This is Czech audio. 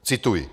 Cituji: